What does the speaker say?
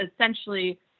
essentially